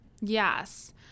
Yes